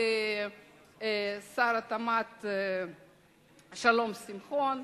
וגם לשר התמ"ת שלום שמחון,